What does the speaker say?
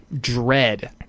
dread